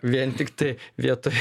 ne vien tiktai vietoj